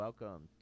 Welcome